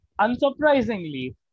unsurprisingly